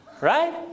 Right